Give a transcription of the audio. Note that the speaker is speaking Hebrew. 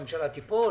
שהממשלה תיפול?